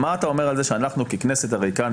מה אתה אומר על זה שאנחנו ככנסת הרי כאן,